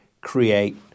create